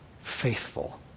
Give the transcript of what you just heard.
faithful